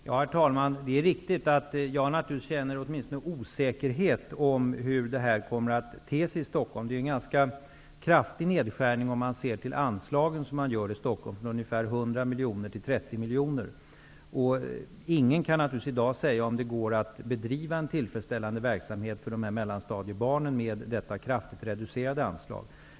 Herr talman! Det är riktigt att jag naturligtvis känner osäkerhet om hur det kommer att te sig i Stockholm. Det är en ganska kraftig nedskärning av anslagen i Stockholm, från 100 till 30 miljoner kronor. Ingen kan naturligtvis i dag säga om det går att bedriva en tillfredsställande verksamhet för mellanstadiebarnen med detta kraftigt reducerade anslag.